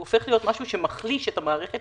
הוא הופך להיות משהו שמחליש את המערכת,